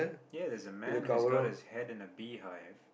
ya there's a man who's got his head in a beehive